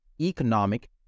economic